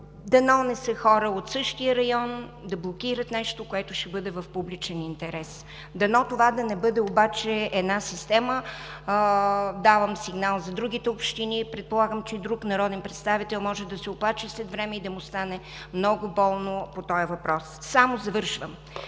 дано не са хора от същия район, да блокират нещо, което ще бъде в публичен интерес. Дано това да не бъде обаче една система. Давам сигнал за другите общини. Предполагам, че и друг народен представител може да се оплаче след време и да му стане много болно по този въпрос. Само завършвам.